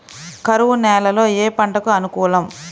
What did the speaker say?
కరువు నేలలో ఏ పంటకు అనుకూలం?